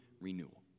renewal